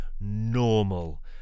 normal